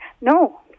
No